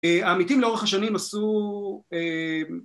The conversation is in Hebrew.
העמיתים לאורך השנים עשו